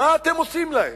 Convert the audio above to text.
מה אתם עושים להם?